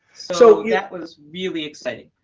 so yeah was really exciting.